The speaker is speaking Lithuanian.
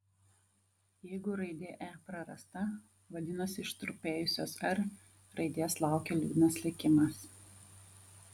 jeigu raidė e prarasta vadinasi ištrupėjusios r raidės laukia liūdnas likimas